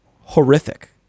horrific